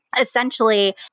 essentially